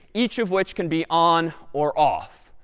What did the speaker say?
each of which can be on or off.